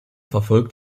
verfolgt